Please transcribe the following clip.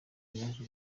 yaje